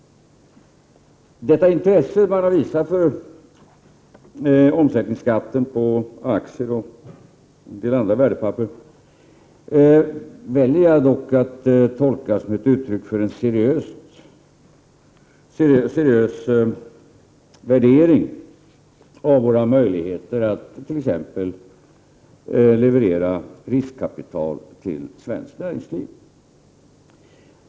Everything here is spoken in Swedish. Detta intresse man har visat för omsättningsskatten på aktier och en del andra värdepapper väljer jag dock att tolka som ett uttryck för en seriös värdering av våra möjligheter att t.ex. leverera riskkapital till svenskt näringsliv.